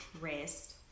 rest